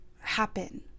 happen